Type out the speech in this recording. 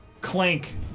clank